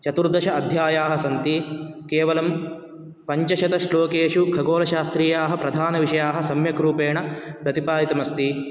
चतुर्दश अध्यायाः सन्ति केवलं पञ्चशतश्लोकेषु खगोलशास्त्रीयाः प्रधानविषयाः सम्यक्रूपेण प्रतिपादितमस्ति